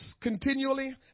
continually